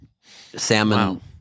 salmon